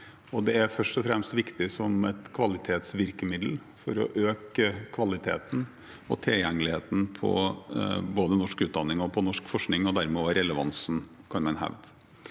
Det er først og fremst viktig som et kvalitetsvirkemiddel for å øke kvaliteten og tilgjengeligheten på både norsk utdanning og norsk forskning og dermed også – kan man hevde